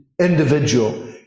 individual